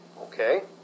Okay